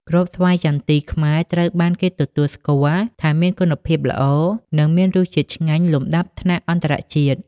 គ្រាប់ស្វាយចន្ទីខ្មែរត្រូវបានគេទទួលស្គាល់ថាមានគុណភាពល្អ និងមានរសជាតិឆ្ងាញ់លំដាប់ថ្នាក់អន្តរជាតិ។